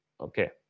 Okay